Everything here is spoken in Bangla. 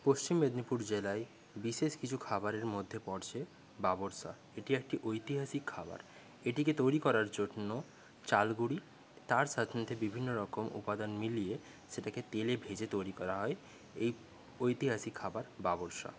পশ্চিম মেদিনীপুর জেলায় বিশেষ কিছু খাবারের মধ্যে পরছে বাবরশা এটি একটি ঐতিহাসিক খাবার এটিকে তৈরি করার জন্য চালগুঁড়ি তার সাথে বিভিন্ন রকম উপাদান মিলিয়ে সেটাকে তেলে ভেজে তৈরি করা হয় এই ঐতিহাসিক খাবার বাবরশা